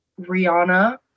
rihanna